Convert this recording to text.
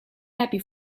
happy